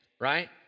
right